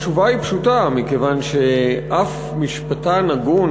התשובה היא פשוטה: מכיוון שאף משפטן הגון,